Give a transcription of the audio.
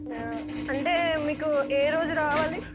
అంటే మీకు ఏ రోజు రావాలి